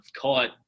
caught